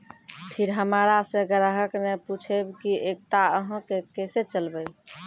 फिर हमारा से ग्राहक ने पुछेब की एकता अहाँ के केसे चलबै?